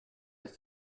ist